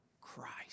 Christ